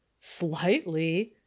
Slightly